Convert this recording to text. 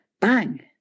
bang